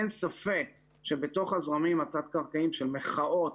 אין ספק שבתוך הזרמים התת קרקעיים של מחאות